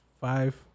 five